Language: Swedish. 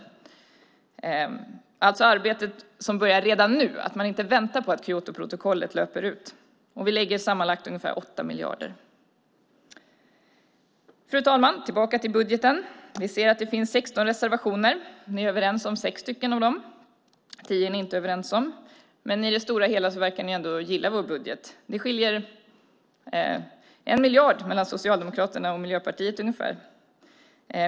Det är det arbete som börjar redan nu. Man ska inte vänta på att Kyotoprotokollet löper ut. Vi lägger sammanlagt ungefär 8 miljarder. Fru ålderspresident! Jag kommer nu tillbaka till budgeten. Vi ser att det finns 16 reservationer. Ni är överens om 6 av dem. 10 är ni inte överens om. Men i det stora hela verkar ni ändå gilla vår budget. Det skiljer ungefär 1 miljard mellan Socialdemokraterna och Miljöpartiet.